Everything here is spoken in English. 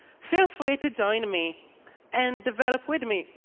feel free to join me and develop with me.